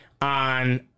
on